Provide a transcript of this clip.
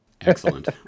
Excellent